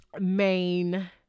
main